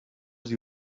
sie